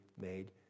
made